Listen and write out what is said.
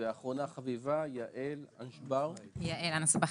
אחרונה חביבה, יעל אנסבכר.